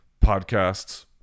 podcasts